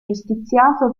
giustiziato